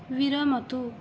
विरमतु